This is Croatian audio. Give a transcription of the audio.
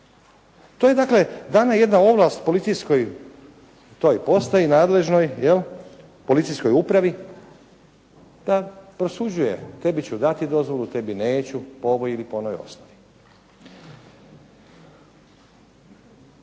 To je dakle dana jedna ovlast policijskoj toj postaji nadležnoj jel', policijskoj upravi da prosuđuje. Tebi ću dati dozvolu, tebi neću po ovoj ili po onoj osnovi.